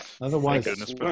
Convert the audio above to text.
Otherwise